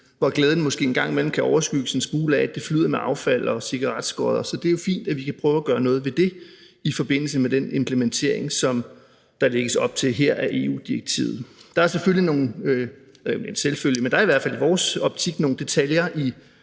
hvor glæden måske en gang imellem kan overskygges en smule af, at det flyder med affald og cigaretskod. Så det er jo fint, at vi kan prøve at gøre noget ved det i forbindelse med den implementering, som der lægges op til her, af EU-direktivet. Der er selvfølgelig i vores optik nogle detaljer i